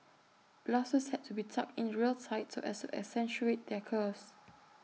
blouses had to be tucked in real tight so as accentuate their curves